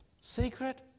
Secret